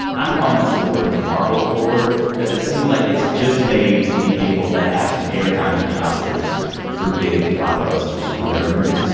i'm calling this award the marvel award because it seems like it's just made to be able to have some airtime in the oscars for big blockbuster superhero movies